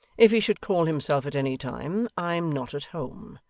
if he should call himself at any time, i'm not at home.